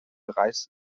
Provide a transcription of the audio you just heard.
bereiste